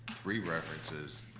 three references,